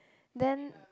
then